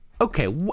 okay